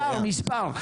רק מספר, מספר.